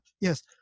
yes